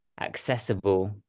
accessible